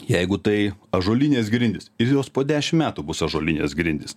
jeigu tai ąžuolinės grindys ir jos po dešim metų bus ąžuolinės grindys